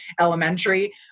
elementary